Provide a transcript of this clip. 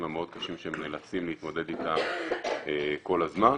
המאוד קשים שהם נאלצים להתמודד איתם כל הזמן.